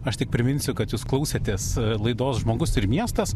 aš tik priminsiu kad jūs klausėtės laidos žmogus ir miestas